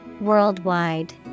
Worldwide